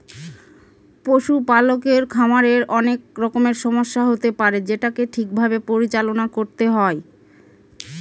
পশুপালকের খামারে অনেক রকমের সমস্যা হতে পারে যেটাকে ঠিক ভাবে পরিচালনা করতে হয়